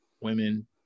women